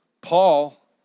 Paul